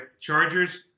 Chargers